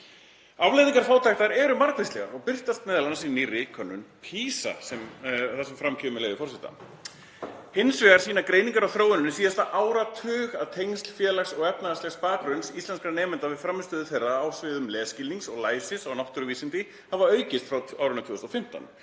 Afleiðingar fátæktar eru margvíslegar og birtast m.a. í nýrri könnun PISA þar sem fram kemur, með leyfi forseta: „Hins vegar sýna greiningar á þróuninni síðasta áratug að tengsl félags- og efnahagsleg bakgrunns íslenskra nemenda við frammistöðu þeirra á sviðum lesskilnings og læsis á náttúruvísindi hafa aukist frá árinu 2015.“